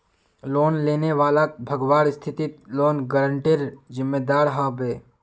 loan लेने वालाक भगवार स्थितित लोन गारंटरेर जिम्मेदार ह बे